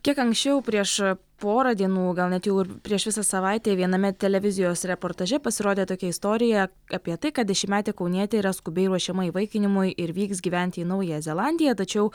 kiek anksčiau prieš porą dienų gal net jau ir prieš visą savaitę viename televizijos reportaže pasirodė tokia istorija apie tai kad dešimtmetė kaunietė yra skubiai ruošiama įvaikinimui ir vyks gyventi į naująją zelandiją tačiau